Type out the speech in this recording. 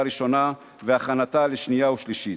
ראשונה ולהעביר אותה להכנה לשנייה ושלישית.